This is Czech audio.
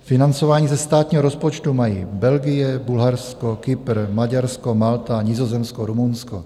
Financování ze státního rozpočtu mají Belgie, Bulharsko, Kypr, Maďarsko, Malta, Nizozemsko, Rumunsko.